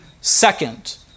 second